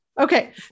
Okay